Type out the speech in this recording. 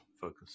focus